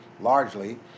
largely